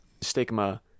stigma